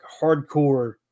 hardcore